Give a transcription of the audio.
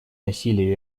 насилие